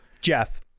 Jeff